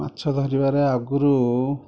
ମାଛ ଧରିବାରେ ଆଗରୁ